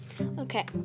Okay